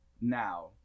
now